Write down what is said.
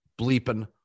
Bleeping